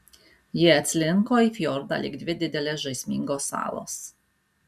jie atslinko į fjordą lyg dvi didelės žaismingos salos